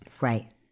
Right